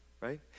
right